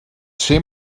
ser